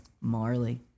Marley